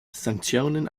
sanktionen